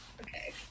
Okay